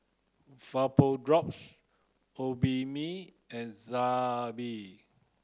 Vapodrops Obimin and Zappy